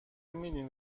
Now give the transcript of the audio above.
میدین